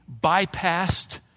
bypassed